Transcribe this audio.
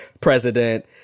president